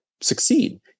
succeed